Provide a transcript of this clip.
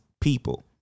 people